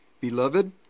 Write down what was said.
Beloved